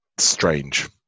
Strange